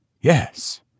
yes